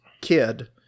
kid